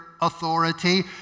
authority